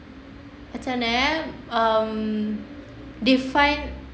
macam mana eh um define